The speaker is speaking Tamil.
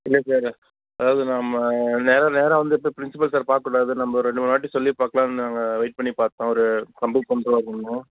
இல்லை சார் அதாவது நம்ம நேராக நேராக வந்து இப்போ ப்ரின்ஸ்பல் சார் பார்க்கக்கூடாதுன்னு நம்ம ரெண்டு மூணு வாட்டி சொல்லிப் பார்க்கலாம்ன்னு நாங்கள் வெயிட் பண்ணி பார்த்தோம் அவர் கம்ப்ளீட் பண்ணிடுவான்னு